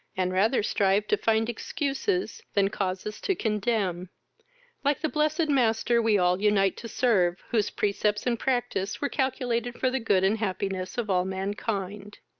and rather strive to find excuses than causes to condemn like the blessed master we all unite to serve, whose precepts and practice were calculated for the good and happiness of all mankind.